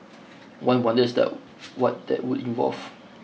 one wonders that what that would involve